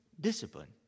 discipline